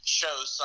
shows